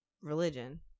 religion